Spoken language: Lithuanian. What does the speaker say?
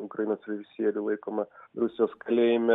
ukrainos režisierių laikomą rusijos kalėjime